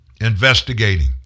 Investigating